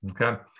Okay